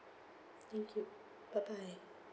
thank you bye bye